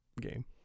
Game